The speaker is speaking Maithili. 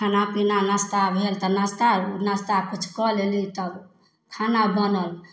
खाना पीना नाश्ता भेल तऽ नाश्ता नाश्ता किछु कऽ लेली तब खाना बनल